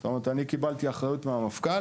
זאת אומרת שאני קיבלתי אחריות מהמפכ"ל